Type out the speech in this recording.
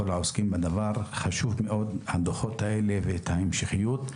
העוסקים בדבר הדוחות האלה וההמשכיות שלהם חשובה מאוד,